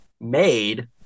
made